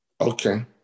okay